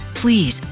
please